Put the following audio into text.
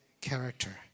character